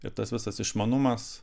ir tas visas išmanumas